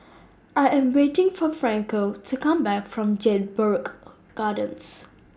I Am waiting For Franco to Come Back from Jedburgh Gardens